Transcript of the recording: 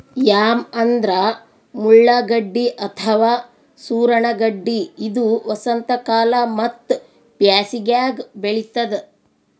yam ಅಂದ್ರ ಮುಳ್ಳಗಡ್ಡಿ ಅಥವಾ ಸೂರಣ ಗಡ್ಡಿ ಇದು ವಸಂತಕಾಲ ಮತ್ತ್ ಬ್ಯಾಸಿಗ್ಯಾಗ್ ಬೆಳಿತದ್